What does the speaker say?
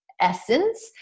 essence